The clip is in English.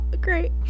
Great